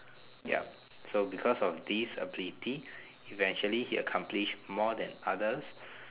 yup so because of this ability eventually he accomplished more than others